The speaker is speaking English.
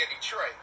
Detroit